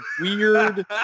weird